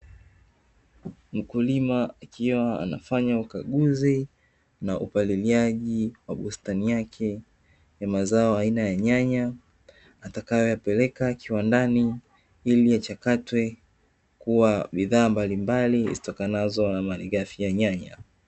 Mkulima akiwa anafanya ukaguzi na upaliliaji wa bustani yake ya mazao aina ya nyanya, atakayoyapeleka kiwandani ili yachakatwe kuwa bidhaa mbalimbali zitokanazo na malighafi ya nyanya.